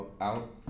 out